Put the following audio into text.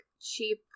cheap